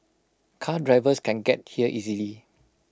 car drivers can get here easily